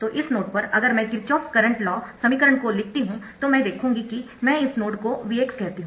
तो इस नोड पर अगर मैं किरचॉफ करंट लॉ समीकरण को लिखती हूं तो मैं देखूंगी कि मै इस नोड को Vx कहती हु